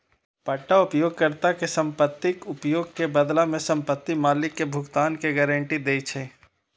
पट्टा उपयोगकर्ता कें संपत्तिक उपयोग के बदला मे संपत्ति मालिक कें भुगतान के गारंटी दै छै